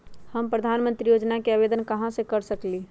हम प्रधानमंत्री योजना के आवेदन कहा से कर सकेली?